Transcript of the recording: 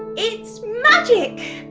it's magic!